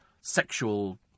sexual